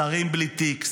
שרים בלי תיק,